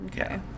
Okay